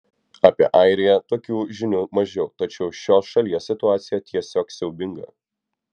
apie airiją tokių žinių mažiau tačiau šios šalies situacija tiesiog siaubinga